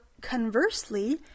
conversely